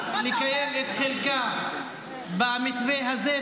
לקיים את חלקה במתווה הזה,